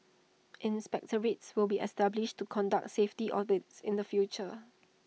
inspectorates will be established to conduct safety audits in the future